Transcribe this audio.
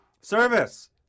Service